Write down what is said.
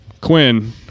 Quinn